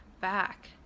back